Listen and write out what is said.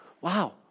wow